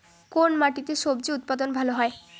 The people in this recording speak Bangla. কোন মাটিতে স্বজি উৎপাদন ভালো হয়?